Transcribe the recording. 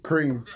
Cream